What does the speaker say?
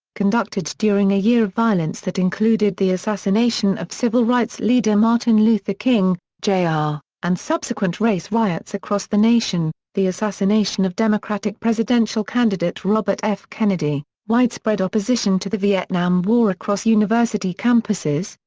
conducted during a year of violence that included the assassination of civil rights leader martin luther king, jr, ah and subsequent race riots across the nation, the assassination of democratic presidential candidate robert f. kennedy, widespread opposition to the vietnam war across university campuses,